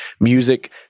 music